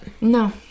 No